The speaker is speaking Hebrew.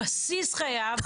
הבסיס חייב,